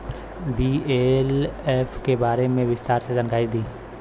BLF के बारे में विस्तार से जानकारी दी?